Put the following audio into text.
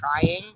trying